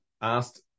asked